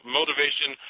motivation